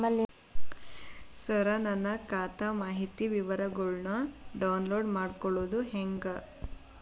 ಸರ ನನ್ನ ಖಾತಾ ಮಾಹಿತಿ ವಿವರಗೊಳ್ನ, ಡೌನ್ಲೋಡ್ ಮಾಡ್ಕೊಳೋದು ಹೆಂಗ?